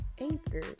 Anchor